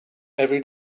every